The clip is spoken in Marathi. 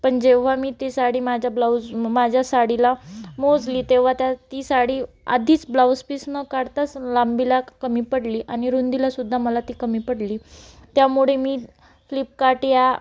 पण जेव्हा मी ती साडी माझ्या ब्लाऊज माझ्या साडीला मोजली तेव्हा त्या ती साडी आधीच ब्लाऊज पीस न काढताच लांबीला कमी पडली आणि रुंदीला सुद्धा मला ती कमी पडली त्यामुळे मी फ्लिपकार्ट या